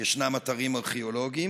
יש אתרים ארכיאולוגיים?